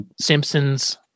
Simpsons